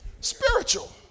spiritual